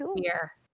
fear